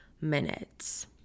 minutes